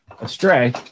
astray